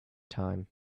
time